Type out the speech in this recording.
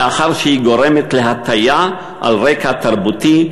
מאחר שהיא גורמת להטיה על רקע תרבותי,